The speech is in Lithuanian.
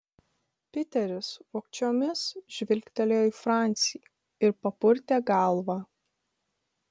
piteris vogčiomis žvilgtelėjo į francį ir papurtė galvą